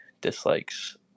dislikes